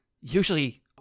usually